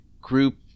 group